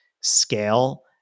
scale